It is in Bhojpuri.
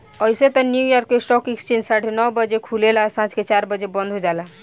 अइसे त न्यूयॉर्क स्टॉक एक्सचेंज साढ़े नौ बजे खुलेला आ सांझ के चार बजे बंद हो जाला